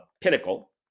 Pinnacle